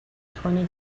twenty